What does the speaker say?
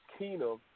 Keenum